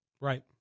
Right